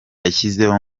yashyizeho